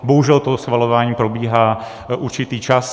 Bohužel to schvalování probíhá určitý čas.